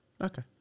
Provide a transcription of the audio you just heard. Okay